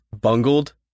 bungled